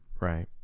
Right